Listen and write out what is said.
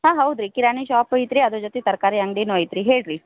ಹಾಂ ಹೌದು ರೀ ಕಿರಾಣಿ ಶಾಪು ಐತೆ ರೀ ಅದ್ರ ಜೊತೆಗ್ ತರಕಾರಿ ಅಂಗಡಿನೂ ಐತೆ ರೀ ಹೇಳಿರಿ